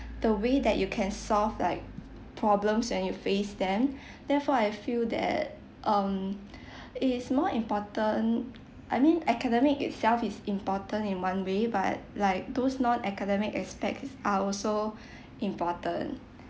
the way that you can solve like problems when you face them therefore I feel that um it is more important I mean academic itself is important in one way but like those non academic aspects are also important